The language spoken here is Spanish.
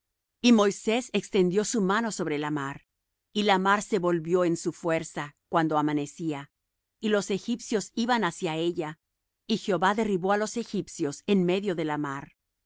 y moisés extendió su mano sobre la mar y la mar se volvió en su fuerza cuando amanecía y los egipcios iban hacia ella y jehová derribó á los egipcios en medio de la mar